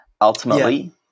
Ultimately